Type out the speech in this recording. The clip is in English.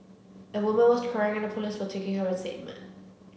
a woman was crying and the police were taking her statement